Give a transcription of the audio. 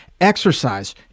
exercise